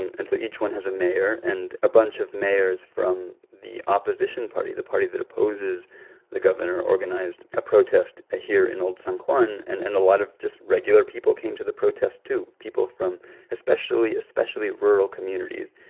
and and so each one has a mayor. and a bunch of mayors from the opposition party, the party that opposes the governor, organized a protest here in old san juan. and and a lot of just regular people came to the protest, too people from especially especially rural communities.